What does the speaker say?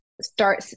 start